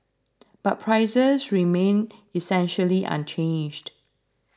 but prices remained essentially unchanged